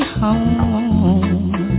home